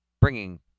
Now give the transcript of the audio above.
bringing